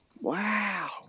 Wow